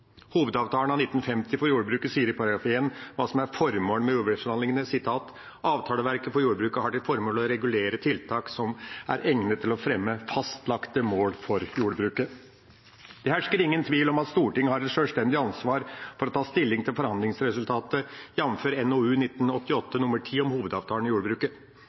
Hovedavtalen av 1950 for jordbruket sier i § 1 hva som er formålet med jordbruksforhandlingene: «Avtaleverket for jordbruket har til formål å regulere tiltak som er egnet til å fremme fastlagte mål for jordbruket.» Det hersker ingen tvil om at Stortinget har et sjølstendig ansvar for å ta stilling til forhandlingsresultatet, jf. NOU 1988:10 om hovedavtalen i jordbruket.